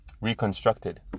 reconstructed